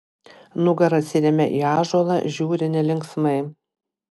nugara atsiremia į ąžuolą žiūri nelinksmai